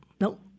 nope